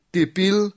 Tipil